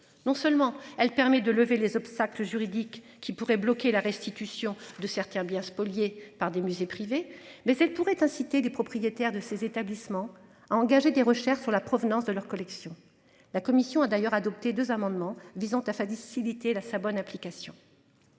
Non seulement elle permet de lever les obstacles juridiques qui pourraient bloquer la restitution de certains biens spoliés par des musées privés mais elle pourrait inciter les propriétaires de ces établissements engager des recherches sur la provenance de leurs collections. La commission a d'ailleurs adopté 2 amendements visant à il été là sa bonne application.